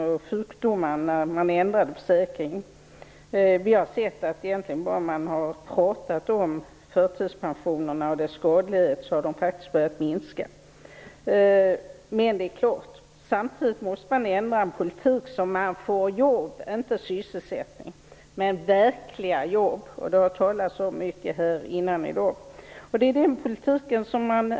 Vi har sett att bara för att man har pratat om förtidspensionerna och deras skadlighet har de faktiskt börjat minska. Men samtidigt måste man ha en politik som ger jobb och inte sysselsättning. Det handlar om verkliga jobb. Det har talats mycket om det här tidigare i dag.